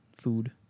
food